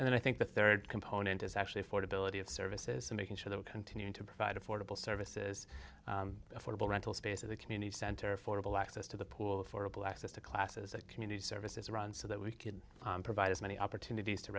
and then i think the third component is actually affordability of services and making sure that we continue to provide affordable services affordable rental space of the community center affordable access to the pool affordable access to classes and community services around so that we could provide as many opportunities to